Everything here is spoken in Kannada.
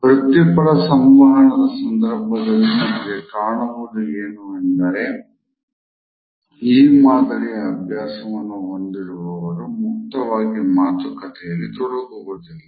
ವೃತ್ತಿಪರ ಸಂವಹನದ ಸಂದರ್ಭದಲ್ಲಿ ನಮಗೆ ಕಾಣುವುದು ಏನು ಅಂದರೆ ಈ ಮಾದರಿಯ ಅಭ್ಯಾಸವನ್ನು ಹೊಂದಿರುವವರು ಮುಕ್ತವಾಗಿ ಮಾತುಕತೆಯಲ್ಲಿ ತೊಡಗುವುದಿಲ್ಲ